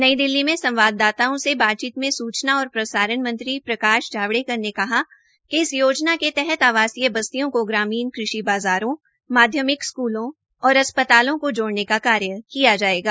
नई दिल्ली में संवाददाताओं से बातचीत में सूचना और प्रसारण मंत्री मंत्री प्रकाश जावड़ेकर ने कहा कि इस योजना के तहत आवासीय बस्तियों का ग्रामीण कृषि बाज़ारों माध्यमिक स्कूलों और अस्पतालों को जोड़ने का कार्य किया जायेगा